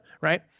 right